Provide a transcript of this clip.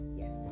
yes